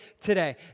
today